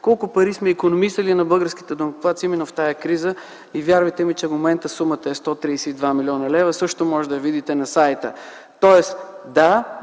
колко пари сме икономисали на българските данъкоплатци именно в тая криза. Вярвайте ми, че в момента сумата е 132 млн. лв. – също можете да я видите на сайта. Тоест, да,